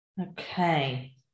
okay